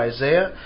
Isaiah